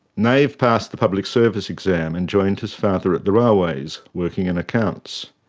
nave passed the public service exam and joined his father at the railways, working in accounts.